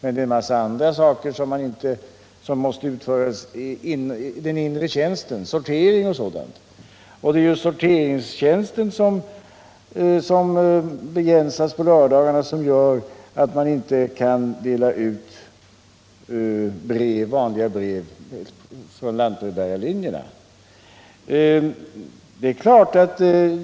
En massa andra saker måste utföras i den inre tjänsten, sortering och sådant, och det är just sorteringstjänsten som begränsas på lördagarna och som gör att man inte kan dela ut vanliga brev på lantbrevbärarlinjerna.